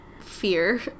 fear